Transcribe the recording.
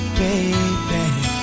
baby